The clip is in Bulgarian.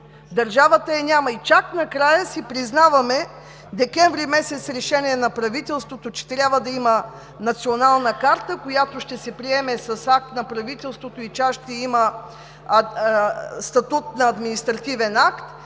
държавата я няма. И чак накрая си признаваме: с решение на правителството от декември месец, че трябва да има Национална карта, която ще се приеме с акт на правителството и ще има статут на административен акт,